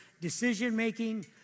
decision-making